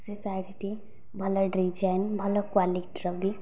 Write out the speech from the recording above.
ସେ ଶାଢ଼ୀଟି ଭଲ ଡିଜ଼ାଇନ୍ ଭଲ କ୍ଵାଲିଟିର ବି